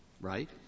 right